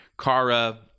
Kara